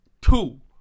two